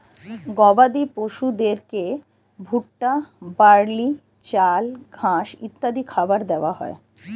গবাদি পশুদেরকে ভুট্টা, বার্লি, চাল, ঘাস ইত্যাদি খাবার দেওয়া হয়